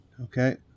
okay